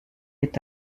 est